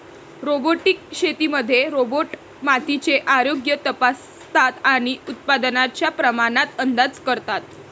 robotic शेतीमध्ये robot मातीचे आरोग्य तपासतात आणि उत्पादनाच्या प्रमाणात अंदाज करतात